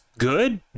good